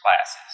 classes